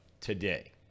today